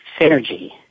synergy